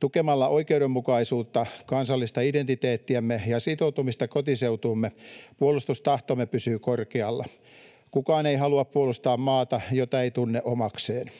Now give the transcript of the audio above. Tukemalla oikeudenmukaisuutta, kansallista identiteettiämme ja sitoutumista kotiseutuumme puolustustahtomme pysyy korkealla. Kukaan ei halua puolustaa maata, jota ei tunne omakseen.